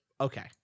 Okay